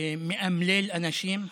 שמאמלל אנשים,